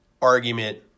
argument